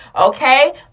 okay